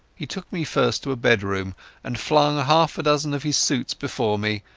he took me first to a bedroom and flung half a dozen of his suits before me,